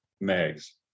mags